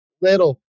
little